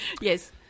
Yes